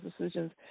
decisions